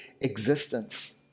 existence